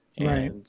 Right